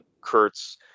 Kurtz